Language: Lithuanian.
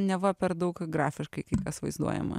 neva per daug grafiškai kai kas vaizduojama